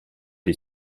des